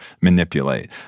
manipulate